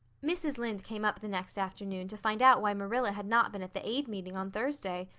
mrs. lynde came up the next afternoon to find out why marilla had not been at the aid meeting on thursday.